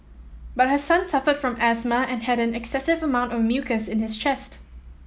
but her son suffered from asthma and had an excessive amount of mucus in his chest